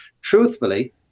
Truthfully